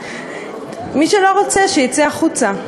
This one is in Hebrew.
מי שלא רוצה, שיצא החוצה.